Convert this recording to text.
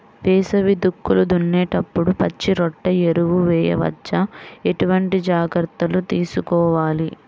వేసవి దుక్కులు దున్నేప్పుడు పచ్చిరొట్ట ఎరువు వేయవచ్చా? ఎటువంటి జాగ్రత్తలు తీసుకోవాలి?